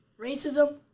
Racism